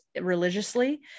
religiously